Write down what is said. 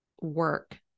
work